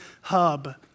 hub